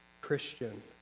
Christian